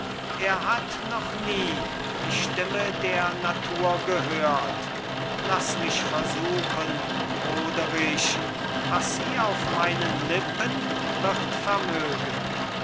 er hat noch nie die stimme der natur gehört laß mich versuchen roderich was sie auf meinen lippen wird vermögen